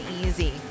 easy